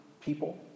people